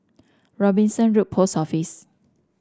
Robinson Road Post Office